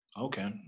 Okay